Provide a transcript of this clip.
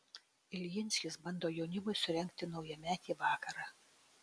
iljinskis bando jaunimui surengti naujametį vakarą